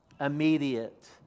immediate